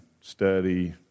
study